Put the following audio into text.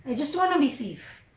and just want to be safe.